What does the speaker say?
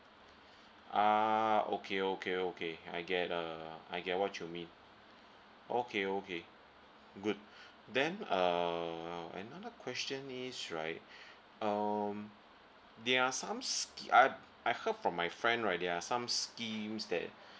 ah okay okay okay I get uh I get what you mean okay okay good then uh another question is right um they are some scheme I I heard from my friend right there are some schemes that